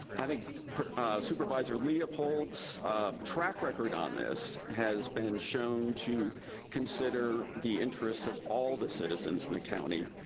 i think supervisor leopold's track record on this has been shown to consider the interests of all the citizens in the county,